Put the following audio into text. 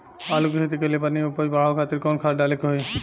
आलू के खेती कइले बानी उपज बढ़ावे खातिर कवन खाद डाले के होई?